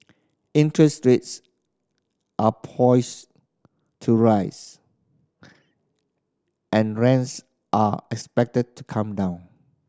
interest rates are poised to rise and rents are expected to come down